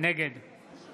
נגד